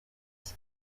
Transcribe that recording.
ati